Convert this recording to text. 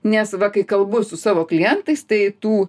nes va kai kalbu su savo klientais tai tų